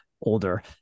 older